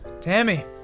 Tammy